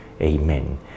Amen